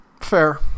Fair